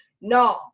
no